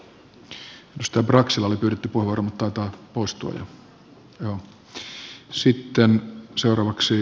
edustaja braxilla oli pyydetty puheenvuoro mutta taitaa poistua jo